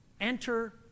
Enter